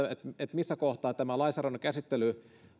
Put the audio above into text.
missä kohtaa tämä lainsäädännön käsittely